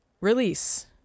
release